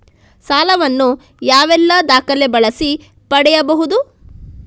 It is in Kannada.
ಸಾಲ ವನ್ನು ಯಾವೆಲ್ಲ ದಾಖಲೆ ಬಳಸಿ ಪಡೆಯಬಹುದು?